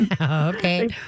Okay